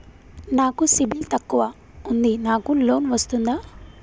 నాకు సిబిల్ తక్కువ ఉంది నాకు లోన్ వస్తుందా?